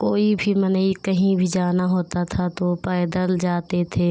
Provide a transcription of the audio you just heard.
कोई भी मनई कहीं भी जाना होता था तो वे पैदल जाते थे